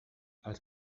els